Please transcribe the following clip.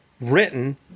written